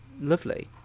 lovely